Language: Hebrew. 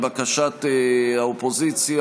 בתוספת קולו של חבר הכנסת גינזבורג,